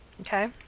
okay